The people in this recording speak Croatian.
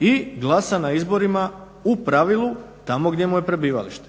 i glasa na izborima u pravilu tamo gdje mu je prebivalište.